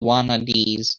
wannadies